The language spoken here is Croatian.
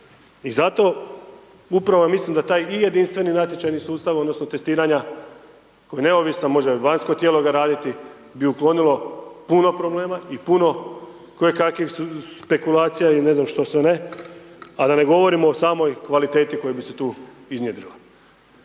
I zato upravo mislim da taj i jedinstveni natječaj i sustav odnosno testiranja koji je neovisan može vanjsko tijelo ga raditi bi uklonilo puno problema i puno kojekakvih spekulacija ili ne znam što sve ne a da ne govorimo o samoj kvaliteti koja bi se tu iznjedrila.